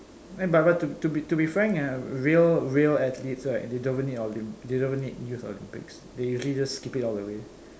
but but to be to be frank ah real real athletes right they don't even need Olymp~ they don't even need youth Olympics they usually just skip it all the way